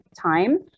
time